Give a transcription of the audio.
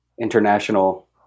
international